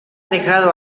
dejado